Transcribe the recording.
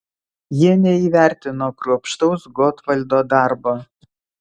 jie neįvertino kruopštaus gotvaldo darbo